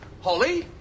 Holly